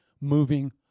moving